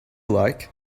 like